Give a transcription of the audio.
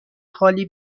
خالی